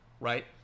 right